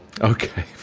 Okay